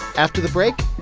after the break,